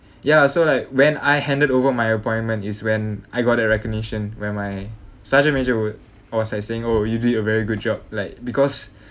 ya so like when I handed over my appointment is when I got the recognition where my sergeant major would was like saying oh you did a very good job like because